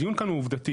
הדיון כאן הוא עובדתי.